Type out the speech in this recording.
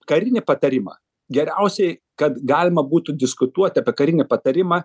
karinį patarimą geriausiai kad galima būtų diskutuoti apie karinį patarimą